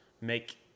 make